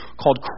called